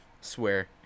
swear